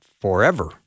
forever